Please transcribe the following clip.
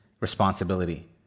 responsibility